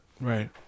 Right